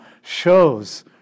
shows